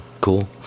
cool